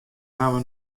hawwe